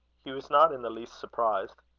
he was not in the least surprised.